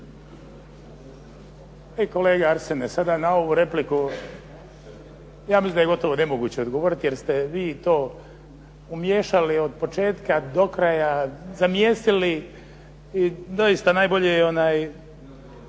Kolega Arsene, sada na ovu repliku ja mislim da je nemoguće odgovori, jer ste vi to umiješali od početka do kraja, zamijesili i dosta je najbolje je skratiti